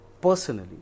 personally